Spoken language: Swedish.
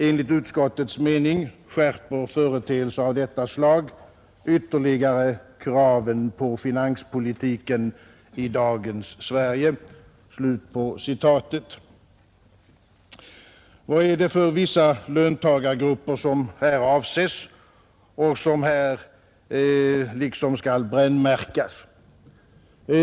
Enligt utskottets mening skärper företeelser av detta slag ytterligare kraven på finanspolitiken i dagens Sverige.” Vad är det för ”vissa löntagargrupper” som avses och som här skall brännmärkas?